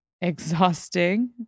exhausting